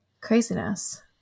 craziness